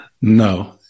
No